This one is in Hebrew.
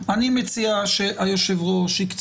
אני גם שוב אני אשמח שגם הדוברים האחרים שידברו יתייחסו,